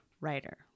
writer